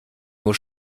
nur